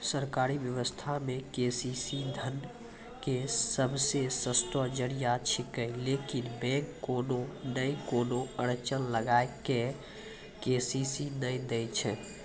सरकारी व्यवस्था मे के.सी.सी धन के सबसे सस्तो जरिया छिकैय लेकिन बैंक कोनो नैय कोनो अड़चन लगा के के.सी.सी नैय दैय छैय?